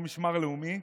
כמו משמר לאומי,